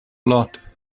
blood